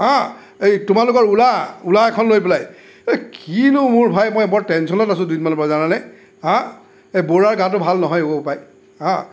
হাঁ এই তোমালোকৰ অ'লা অ'লা এখন লৈ পেলাই এই কিনো মোৰ ভাই মই বৰ টেনশ্যনত আছোঁ দুদিনমানৰ পৰা জানানে আঁ এই বৰুৱাৰ গাটো ভাল নহয় অ বোপাই আঁ